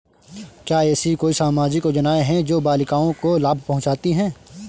क्या ऐसी कोई सामाजिक योजनाएँ हैं जो बालिकाओं को लाभ पहुँचाती हैं?